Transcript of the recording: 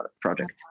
project